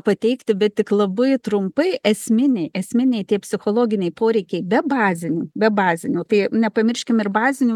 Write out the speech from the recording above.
pateikti bet tik labai trumpai esminiai esminiai tie psichologiniai poreikiai be bazinių be bazinių tai nepamirškim ir bazinių